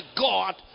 God